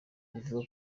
bivugwa